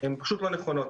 הן פשוט לא נכונות.